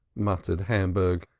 murmured hamburg,